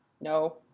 No